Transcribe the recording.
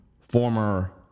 former